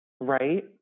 right